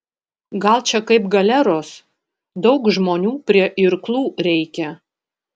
gal čia kaip galeros daug žmonių prie irklų reikia